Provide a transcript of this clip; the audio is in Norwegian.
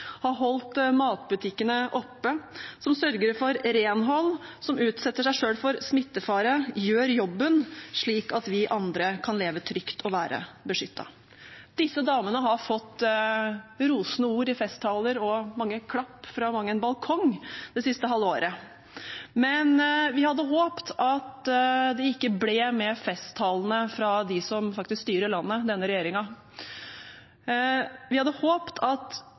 har holdt matbutikkene oppe, som sørger for renhold, som utsetter seg selv for smittefare, som gjør jobben, slik at vi andre kan leve trygt og være beskyttet. Disse damene har fått rosende ord i festtaler og mange klapp fra mang en balkong det siste halve året, men vi hadde håpt at det ikke ble med festtalene fra dem som faktisk styrer landet, denne regjeringen. Vi hadde håpt at